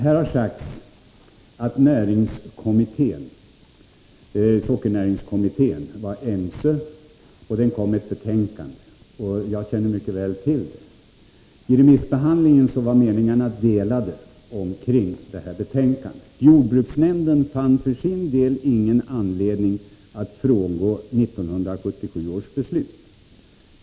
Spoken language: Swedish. Här har sagts att sockernäringskommittén var enig. Den kom med ett betänkande, och jag känner mycket väl till detta. I remissbehandlingen var meningarna om detta betänkande delade. Jordbruksnämnden fann för sin del ingen anledning att frångå 1977 års beslut.